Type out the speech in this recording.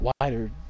wider